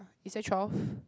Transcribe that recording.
is there twelve